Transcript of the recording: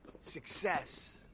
success